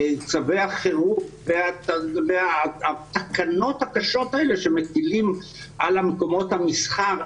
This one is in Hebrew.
צווי החירום והתקנות הקשות האלה שמטילים על מקומות המסחר,